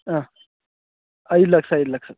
ಹಾಂ ಐದು ಲಕ್ಷ ಐದು ಲಕ್ಷ